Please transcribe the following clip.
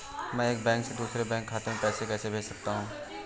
मैं एक बैंक से दूसरे बैंक खाते में पैसे कैसे भेज सकता हूँ?